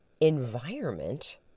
Environment